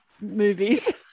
movies